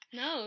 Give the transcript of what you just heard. no